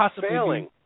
failing